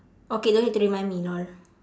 okay don't need to remind me lol